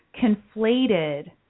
conflated